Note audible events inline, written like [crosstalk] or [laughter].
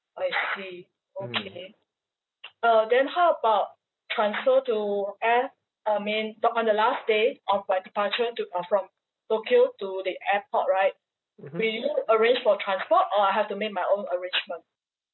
I see okay [noise] uh then how about transfer to air uh I mean so on the last day of my departure to uh from tokyo to the airport right will you arrange for transport or I have to make my own arrangement